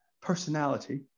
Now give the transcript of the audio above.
personality